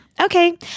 Okay